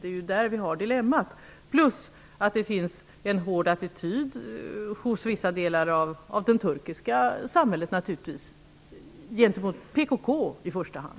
Det är där vi har dilemmat, förutom att det finns en hård attityd hos vissa delar av det turkiska samhället, naturligtvis gentemot PKK i första hand.